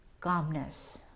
calmness